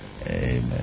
amen